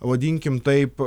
vadinkim taip